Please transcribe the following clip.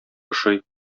ошый